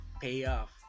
payoff